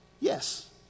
Yes